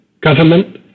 government